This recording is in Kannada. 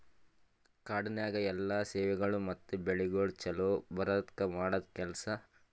ಕಾಡನ್ಯಾಗ ಎಲ್ಲಾ ಸೇವೆಗೊಳ್ ಮತ್ತ ಬೆಳಿಗೊಳ್ ಛಲೋ ಬರದ್ಕ ಮಾಡದ್ ಕೆಲಸ